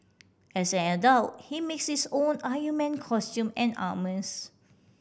as an adult he makes his own Iron Man costume and armours